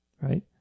right